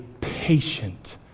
patient